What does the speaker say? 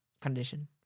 condition